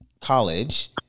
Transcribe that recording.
college